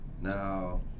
Now